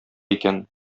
икән